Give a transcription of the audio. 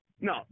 No